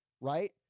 right